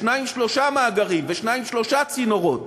עם שניים-שלושה מאגרים ושניים-שלושה צינורות.